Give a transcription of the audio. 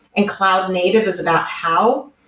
and cloud native is about how.